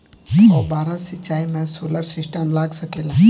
फौबारा सिचाई मै सोलर सिस्टम लाग सकेला?